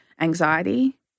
anxiety